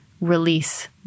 release